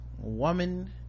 woman